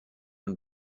and